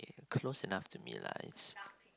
close enough to me lah it's